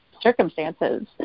circumstances